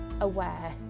aware